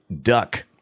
duck